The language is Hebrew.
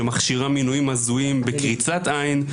שמכשירה מינויים הזויים בקריצת עין,